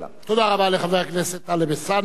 תודה רבה לחבר הכנסת טלב אלסאנע.